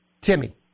Timmy